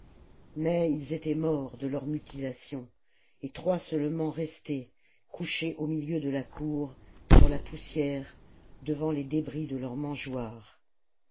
mais ils étaient morts de leurs mutilations et trois seulement restaient couchés au milieu de la cour sur la poussière devant les débris de leurs mangeoires